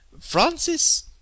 francis